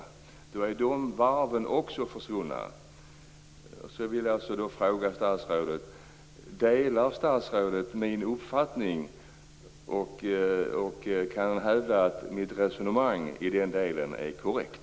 Jag vill alltså fråga statsrådet: Delar statsrådet min uppfattning och kan han hävda att mitt resonemang i den delen är korrekt?